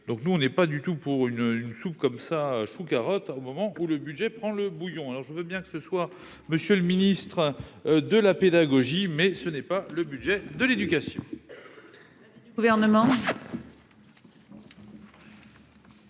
donc nous on n'est pas du tout pour une une soupe comme ça je trouve carottes au moment où le budget prend le bouillon, alors je veux bien que ce soir, monsieur le Ministre de la pédagogie, mais ce n'est pas le budget de l'Éducation,